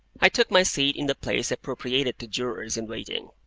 i took my seat in the place appropriated to jurors in waiting,